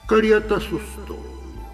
karieta sustojo